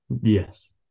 Yes